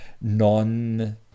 non